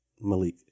malik